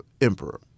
emperor